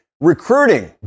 recruiting